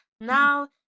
Now